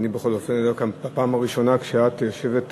אני בכל אופן כאן בפעם הראשונה כשאת יושבת בראש,